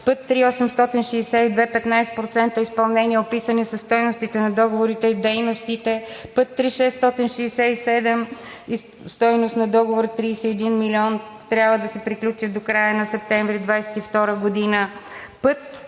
Път III-862 – 15% изпълнение, описани са стойностите на договорите и дейностите. Път III-667, стойност на договора – 31 милиона, трябва да се приключи до края на септември 2022 г. Път